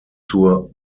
zur